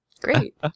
Great